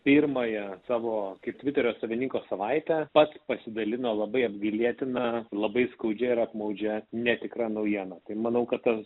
pirmąją savo kaip tviterio savininko savaitę taip pat pasidalino labai apgailėtina labai skaudžiai ir apmaudžia netikra naujiena tai manau kad